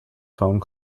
phone